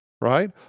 right